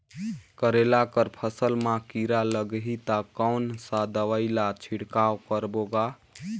करेला कर फसल मा कीरा लगही ता कौन सा दवाई ला छिड़काव करबो गा?